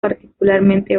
particularmente